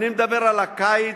אני מדבר על הקיץ,